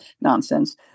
nonsense